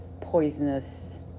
poisonous